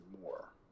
more